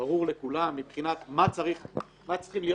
ברור לכולם, מבחינת מה צריכים להיות